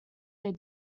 their